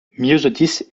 myosotis